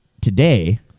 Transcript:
Today